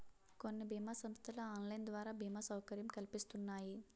కొన్ని బీమా సంస్థలు ఆన్లైన్ ద్వారా బీమా సౌకర్యం కల్పిస్తున్నాయి